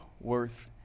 worth